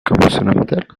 comment